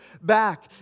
back